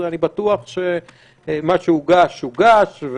אני בטוח שמה שהוגש הוגש,